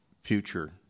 future